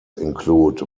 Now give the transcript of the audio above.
include